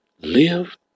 Live